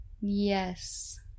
Yes